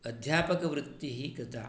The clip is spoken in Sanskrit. अध्यापकवृत्तिः कृता